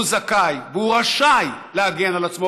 הוא זכאי והוא רשאי להגן על עצמו,